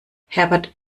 herbert